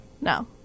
no